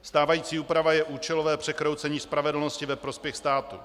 Stávající úprava je účelové překroucení spravedlnosti ve prospěch státu.